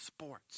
sports